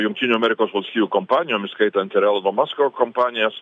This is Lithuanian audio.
jungtinių amerikos valstijų kompanijom įskaitant ir elono masko kompanijas